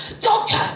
Doctor